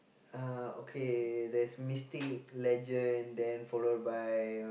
uh okay there's Mystic Legend then followed by